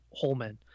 Holman